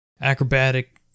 acrobatic